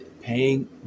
paying